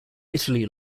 italy